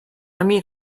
meet